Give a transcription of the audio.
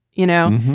you know,